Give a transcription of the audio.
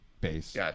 base